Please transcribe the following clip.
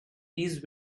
these